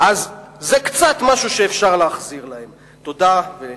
זה משהו שעליו אפשר להחזיר להם קצת.